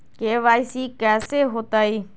KYC कैसे होतई?